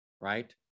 right